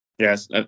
Yes